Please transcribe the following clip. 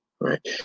Right